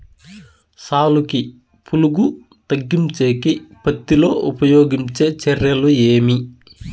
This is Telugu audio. సాలుకి పులుగు తగ్గించేకి పత్తి లో ఉపయోగించే చర్యలు ఏమి?